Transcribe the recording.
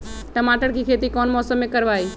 टमाटर की खेती कौन मौसम में करवाई?